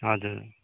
हजुर